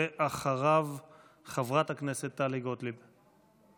ואחריו, חברת הכנסת טלי גוטליב.